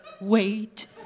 wait